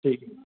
ठीक है